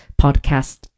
podcast